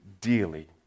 dearly